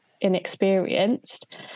inexperienced